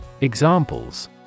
Examples